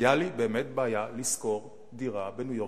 היתה לי באמת בעיה לשכור דירה בניו-יורק.